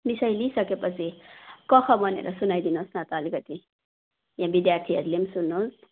विषय लिइसकेपछि क ख भनेर सुनाइदिनुहोस् न त अलिकति यहाँ विद्यार्थीहरूले पनि सुनोस्